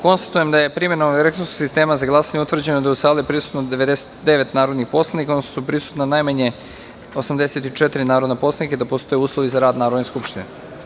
Konstatujem da je, primenom elektronskog sistema za glasanje, utvrđeno da je u sali prisutno 99 narodnih poslanika, odnosno da su prisutna najmanje 84 narodna poslanika i da postoje uslovi za rad Narodne skupštine.